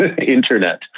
internet